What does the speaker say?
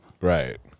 Right